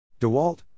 DEWALT